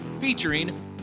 featuring